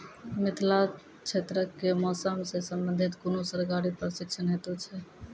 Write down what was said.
मिथिला क्षेत्रक कि मौसम से संबंधित कुनू सरकारी प्रशिक्षण हेतु छै?